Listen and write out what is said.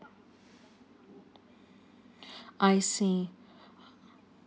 I see